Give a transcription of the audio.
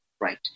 right